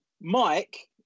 Mike